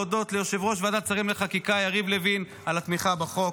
להודות ליושב-ראש ועדת שרים לחקיקה יריב לוין על התמיכה בחוק.